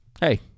hey